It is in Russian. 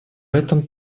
этом